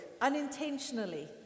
unintentionally